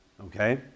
Okay